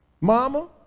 Mama